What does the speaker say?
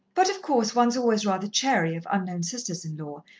but, of course, one's always rather chary of unknown sisters-in-law,